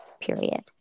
Period